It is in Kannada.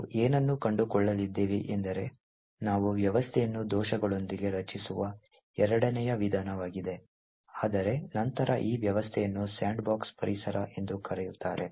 ನಾವು ಏನನ್ನು ಕಂಡುಕೊಳ್ಳಲಿದ್ದೇವೆ ಎಂದರೆ ನಾವು ವ್ಯವಸ್ಥೆಯನ್ನು ದೋಷಗಳೊಂದಿಗೆ ರಚಿಸುವ ಎರಡನೇ ವಿಧಾನವಾಗಿದೆ ಆದರೆ ನಂತರ ಈ ವ್ಯವಸ್ಥೆಯನ್ನು ಸ್ಯಾಂಡ್ಬಾಕ್ಸ್ ಪರಿಸರ ಎಂದು ಕರೆಯುತ್ತಾರೆ